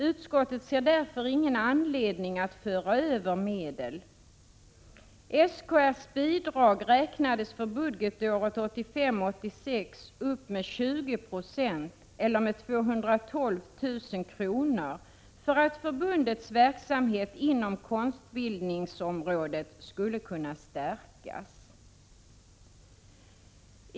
Utskottet ser därför ingen anledning att föra över medel. SKR:s bidrag räknades för budgetåret 1985/86 upp med 20 96 eller med 212 000 kr. för att förbundets verksamhet inom konstbildningsområdet skulle kunna stärkas.